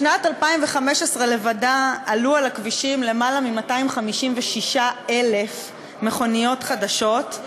בשנת 2015 לבדה עלו על הכבישים למעלה מ-256,000 מכוניות חדשות,